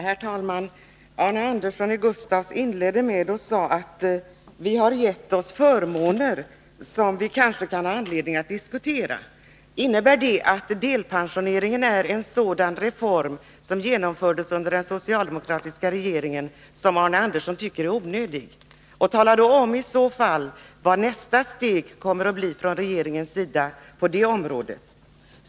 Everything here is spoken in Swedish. Herr talman! Arne Andersson i Gustafs inledde sitt anförande med att säga att vi har givit oss förmåner som vi kanske kan ha anledning att diskutera. Innebär det att delpensioneringen, som genomfördes av den socialdemokratiska regeringen, är en sådan reform som Arne Andersson tycker är onödig? Tala i så fall om vilket nästa steg från regeringen kommer att bli på det området!